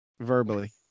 Verbally